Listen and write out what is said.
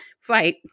fight